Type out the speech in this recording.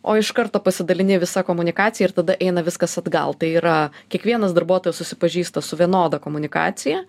o iš karto pasidalini visa komunikacija ir tada eina viskas atgal tai yra kiekvienas darbuotojas susipažįsta su vienoda komunikacija